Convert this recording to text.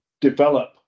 develop